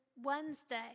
Wednesday